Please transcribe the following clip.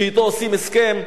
שאתו עושים הסכם,